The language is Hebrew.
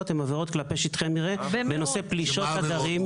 וגם בהם בהחלט.